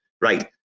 Right